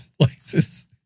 places